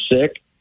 sick